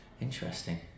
Interesting